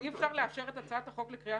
אי אפשר לאשר את הצעת החוק לקריאה